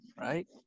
right